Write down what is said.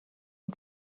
энэ